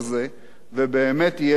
ובאמת יהיה יותר גרוע?"